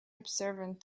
observant